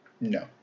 No